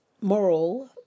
Moral